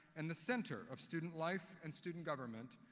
and the center of student life and student government,